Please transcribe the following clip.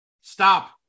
stop